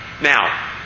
Now